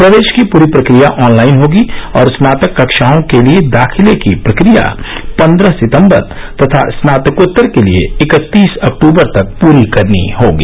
प्रवेश की पूरी प्रक्रिया ऑनलाइन होगी और स्नातक कक्षाओं के लिए दाखिले की प्रक्रिया पन्द्रह सितम्बर तथा स्नातकोत्तर के लिए इकत्तीस अक्टूबर तक पूरी करनी होगी